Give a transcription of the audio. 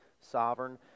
sovereign